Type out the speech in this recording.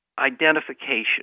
identification